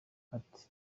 ati